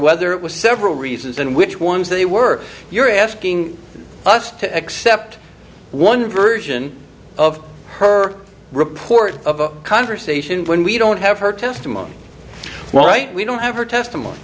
whether it was several reasons and which ones they were you're asking us to accept one version of her report of a conversation when we don't have her testimony right we don't have her testimony